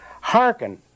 Hearken